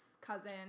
cousin